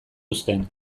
uzten